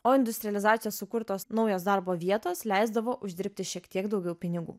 o industrilizacijos sukurtos naujos darbo vietos leisdavo uždirbti šiek tiek daugiau pinigų